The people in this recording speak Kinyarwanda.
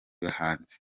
bahanzi